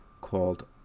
called